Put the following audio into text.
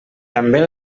també